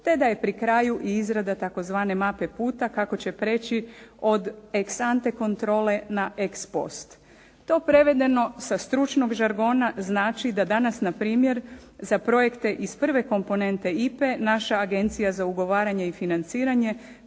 te da je pri kraju i izrada tzv. mape puta kako će preći od …/Govornik se ne razumije./… kontrole na ex post. To prevedeno sa stručnog žargona znači da danas npr. za projekte iz prve komponente IPA-e naša agencija za ugovaranje i financiranje